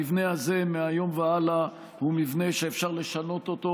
המבנה הזה מהיום והלאה הוא מבנה שאפשר לשנות אותו